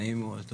נעים מאוד.